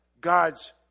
God's